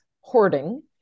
hoarding